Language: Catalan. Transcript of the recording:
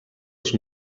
els